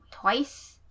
twice